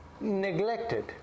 neglected